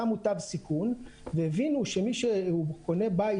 שמו תו סיכון והבינו שמי שקונה בית